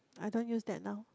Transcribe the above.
I don't use that now